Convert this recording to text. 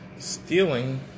Stealing